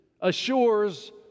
assures